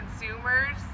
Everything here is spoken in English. consumers